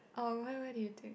oh whe~ where do you take